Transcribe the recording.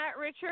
Richard